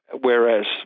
Whereas